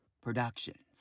Productions